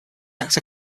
actor